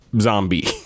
zombie